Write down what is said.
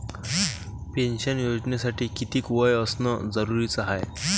Pension योजनेसाठी कितीक वय असनं जरुरीच हाय?